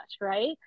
right